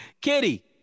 Kitty